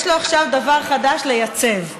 יש לו עכשיו דבר חדש, לייצב.